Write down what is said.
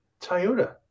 Toyota